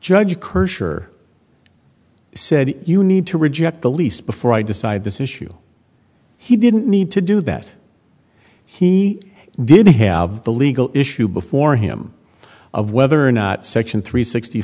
judge kirshner said you need to reject the lease before i decide this issue he didn't need to do that he didn't have the legal issue before him of whether or not section three sixty